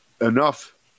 enough